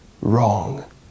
wrong